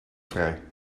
vrij